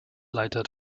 leiter